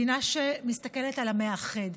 מדינה שמסתכלת על המאחד.